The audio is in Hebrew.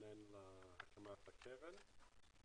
להתכונן להקמת הקרן.